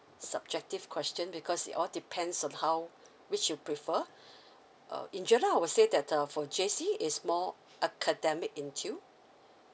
subjective question because it all depends on how which you prefer uh in july now I would say that uh for J_C is more academic instill